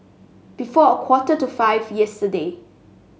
before a quarter to five yesterday